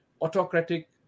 autocratic